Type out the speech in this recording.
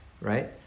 right